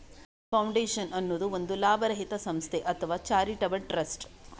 foundation ಅನ್ನುದು ಒಂದು ಲಾಭರಹಿತ ಸಂಸ್ಥೆ ಅಥವಾ ಚಾರಿಟೇಬಲ್ ಟ್ರಸ್ಟ್